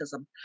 autism